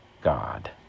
God